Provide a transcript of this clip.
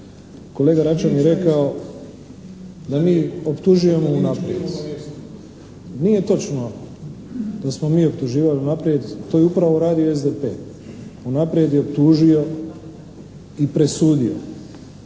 kolega Račan je rekao da mi optužujemo unaprijed. Nije točno da smo mi optuživali unaprijed, to je upravo radio SDP. Unaprijed je optužio i presudio